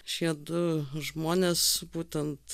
šie du žmonės būtent